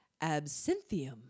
absinthium